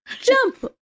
jump